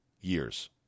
years